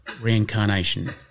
reincarnation